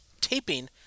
taping